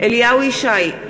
אליהו ישי,